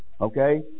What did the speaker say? Okay